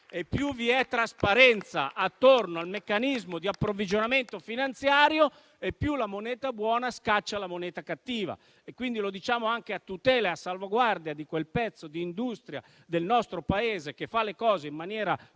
e più vi è trasparenza attorno al meccanismo di approvvigionamento finanziario, più la moneta buona scaccia la moneta cattiva. Lo diciamo quindi anche a tutela e a salvaguardia di quel pezzo di industria del nostro Paese che fa le cose in maniera pulita,